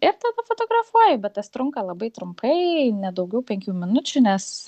ir tada fotografuoji bet tas trunka labai trumpai ne daugiau penkių minučių nes